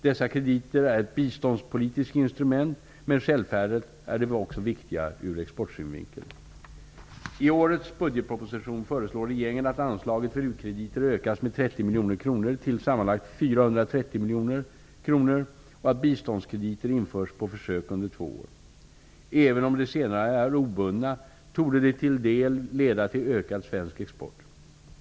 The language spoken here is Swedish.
Dessa krediter är ett biståndspolitiskt instrument, men självfallet är de också viktiga ur exportsynvinkel. I årets budgetproposition föreslår regeringen att anslaget för u-krediter ökas med 30 miljoner kronor till sammanlagt 430 miljoner kronor och att biståndskrediter införs på försök under två år. Även om de senare är obundna torde de till del leda till ökad svensk export.